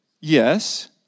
Yes